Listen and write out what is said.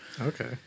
Okay